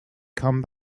come